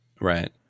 right